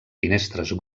finestres